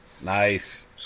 Nice